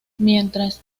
mientras